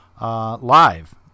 live